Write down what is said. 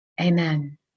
Amen